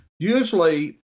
Usually